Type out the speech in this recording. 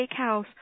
Steakhouse